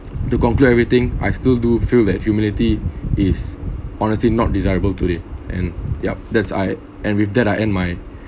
to complete everything I still do feel that humility is honestly not desirable today and yup that's I and with that I end my